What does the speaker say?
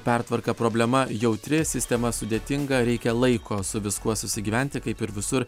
pertvarką problema jautri sistema sudėtinga reikia laiko su viskuo susigyventi kaip ir visur